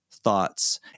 thoughts